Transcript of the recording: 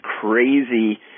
crazy